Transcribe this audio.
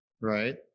right